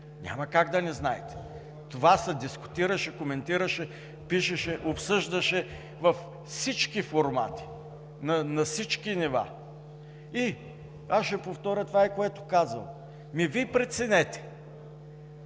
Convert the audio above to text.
Няма как да не знаете. Това се дискутираше, коментираше, пишеше, обсъждаше във всички формати, на всички нива. Аз ще повторя това, което казвам, Вие преценете